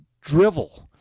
drivel